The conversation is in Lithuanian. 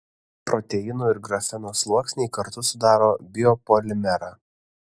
proteinų ir grafeno sluoksniai kartu sudaro biopolimerą